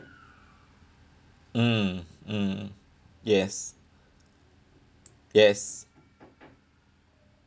mm mm yes yes